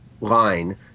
line